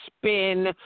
spin